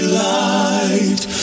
light